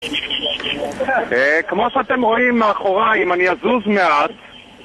כמו שאתם רואים מאחוריי, אם אני אזוז מעט